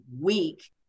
week